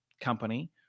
company